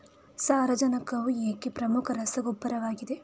ಸಾರಜನಕವು ಏಕೆ ಪ್ರಮುಖ ರಸಗೊಬ್ಬರವಾಗಿದೆ?